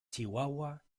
chihuahua